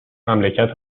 مملکت